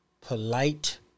polite